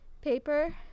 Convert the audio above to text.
paper